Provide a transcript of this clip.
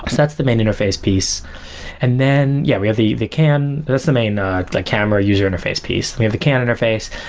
that's the main interface piece and then yeah, we have the the can, that's the main ah like camera user interface piece. we have the can interface.